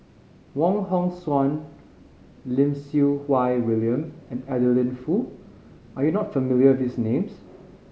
Wong Hong Suen Lim Siew Wai William and Adeline Foo are you not familiar these names